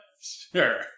Sure